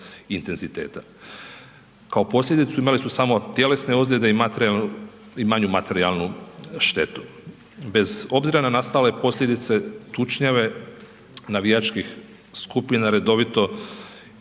Kao posljedicu imale su samo tjelesne ozljede i manju materijalnu štetu. Bez obzira na nastale posljedice tučnjave navijačkih skupina redovito uzrokuju